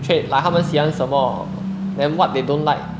trait like 她们喜欢什么 then what they don't like